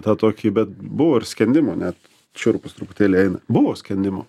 tą tokį bet buvo ir skendimo net šiurpas truputėlį eina buvo skendimų